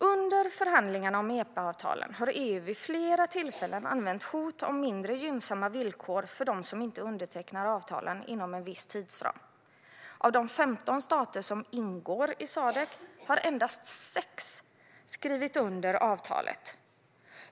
Under förhandlingarna om EPA-avtalen har EU vid flera tillfällen använt hot om mindre gynnsamma villkor för dem som inte undertecknar avtalen inom en viss tidsram. Av de 15 stater som ingår i Sadc har endast sex undertecknat avtalet.